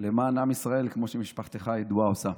למען עם ישראל, כמו שמשפחתך הידועה עושה.